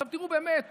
עכשיו, תראו, באמת